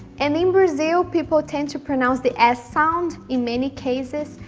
and in brazil, people tend to pronounce the s sound in many cases,